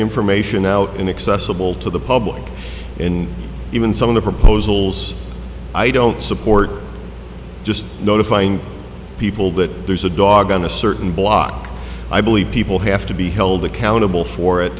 information out inaccessible to the public in even some of the proposals i don't support just notifying people that there's a dog on a certain block i believe people have to be held accountable for it